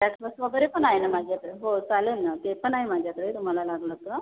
caterers वगैरे पण आहे ना माझ्याकडे हो चालेल ना ते पण आहे माझ्याकडे तुम्हाला लागलं तर